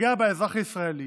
פוגע באזרח הישראלי.